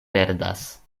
perdas